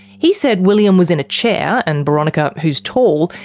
he said william was in a chair, and boronika, who's tall,